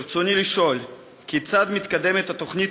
ברצוני לשאול: 1. כיצד מתקדמת התוכנית